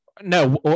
No